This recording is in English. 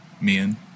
men